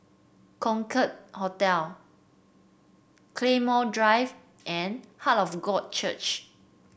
Concorde Hotel Claymore Drive and Heart of God Church